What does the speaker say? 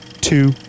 two